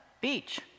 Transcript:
beach